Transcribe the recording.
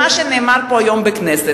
בין הרפורמה בתקשורת למה שנאמר פה היום בכנסת.